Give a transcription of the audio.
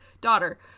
daughter